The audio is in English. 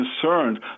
concerned